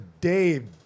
Dave